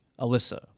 Alyssa